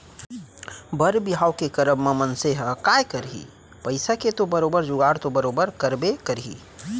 बर बिहाव के करब म मनसे ह काय करही पइसा के तो बरोबर जुगाड़ तो बरोबर करबे करही